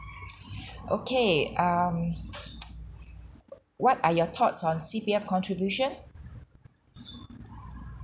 okay um what are your thoughts on C_P_F contribution